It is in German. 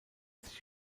sich